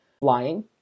flying